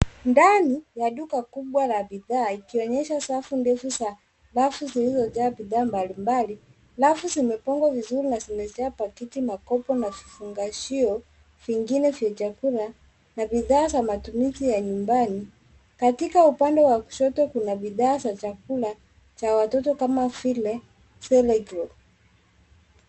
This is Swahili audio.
Ndani ya ndani kubwa la bidhaa likionyesha safu ndefu za rafu zilizojaa bidhaa mbali mbali. Rafu zimepangwa vizuri na zimejaa paketi, makopo na fungashio vingine vya chakula na bidhaa za matumizi ya nyumbani. Katika upande wa kushoto kuna bidhaa za chakula cha watoto kama vile Cerelac